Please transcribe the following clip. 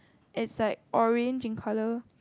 is like orange in colour